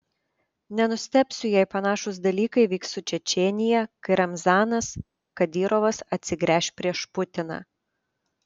nenustebsiu jei panašūs dalykai vyks su čečėnija kai ramzanas kadyrovas atsigręš prieš putiną